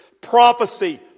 prophecy